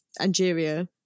Angeria